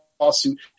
lawsuit